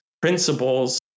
principles